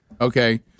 Okay